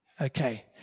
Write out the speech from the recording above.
Okay